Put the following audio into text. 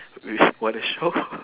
we what a shock